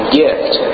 gift